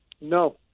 No